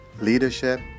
leadership